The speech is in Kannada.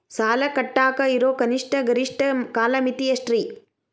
ಸಾಲ ಕಟ್ಟಾಕ ಇರೋ ಕನಿಷ್ಟ, ಗರಿಷ್ಠ ಕಾಲಮಿತಿ ಎಷ್ಟ್ರಿ?